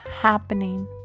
happening